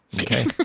Okay